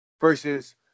Versus